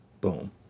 boom